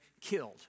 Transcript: killed